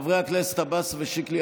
חברי הכנסת עבאס ושיקלי,